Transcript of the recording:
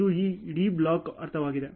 ಇದು ಈ ಇಡೀ ಬ್ಲಾಕ್ನ ಅರ್ಥವಾಗಿದೆ